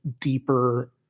deeper